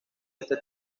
este